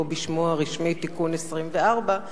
או בשמו הרשמי: תיקון 24,